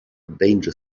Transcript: danger